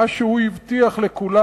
מה שהוא הבטיח לכולם,